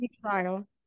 ...trial